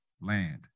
land